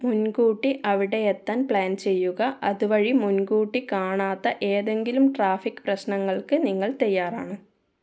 മുൻകൂട്ടി അവിടെയെത്താൻ പ്ലാൻ ചെയ്യുക അതുവഴി മുൻകൂട്ടി കാണാത്ത ഏതെങ്കിലും ട്രാഫിക്ക് പ്രശ്നങ്ങൾക്ക് നിങ്ങൾ തയ്യാറാണ്